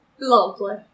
Lovely